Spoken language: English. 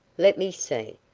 let me see,